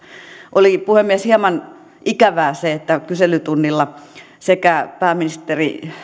oli puhemies hieman ikävää se että kyselytunnilla sekä pääministeri